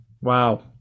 Wow